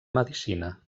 medicina